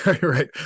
right